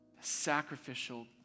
sacrificial